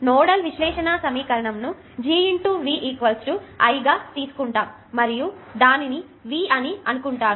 nodal విశ్లేషణ సమీకరణం ను G V I గా తీసుకుంటాం మరియు దానిని V అని అనుకుంటారు